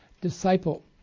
Disciple